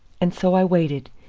and so i waited,